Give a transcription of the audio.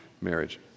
marriage